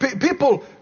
People